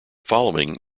following